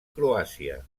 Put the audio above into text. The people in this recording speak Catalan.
croàcia